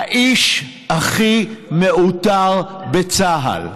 האיש הכי מעוטר בצה"ל.